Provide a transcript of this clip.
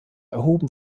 erhoben